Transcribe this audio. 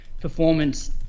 performance